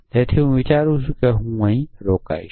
તેથી હું વિચારું છું કે હું અહીં રોકાઈશ